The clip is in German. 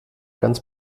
ganz